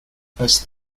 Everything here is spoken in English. those